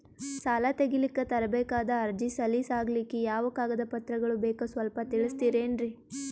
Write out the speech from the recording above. ಸಾಲ ತೆಗಿಲಿಕ್ಕ ತರಬೇಕಾದ ಅರ್ಜಿ ಸಲೀಸ್ ಆಗ್ಲಿಕ್ಕಿ ಯಾವ ಕಾಗದ ಪತ್ರಗಳು ಬೇಕು ಸ್ವಲ್ಪ ತಿಳಿಸತಿರೆನ್ರಿ?